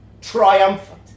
triumphant